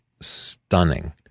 stunning